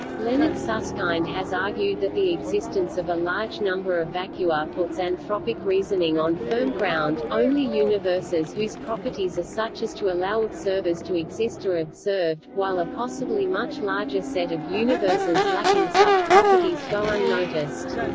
leonard susskind has argued that the existence of a large number of vacua puts anthropic reasoning on firm ground only universes whose properties are such as to allow observers to exist are observed, while a possibly much larger set of universes lacking such properties go unnoticed.